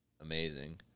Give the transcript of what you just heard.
amazing